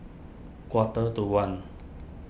quarter to one